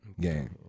game